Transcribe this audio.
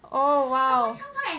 oh !wow!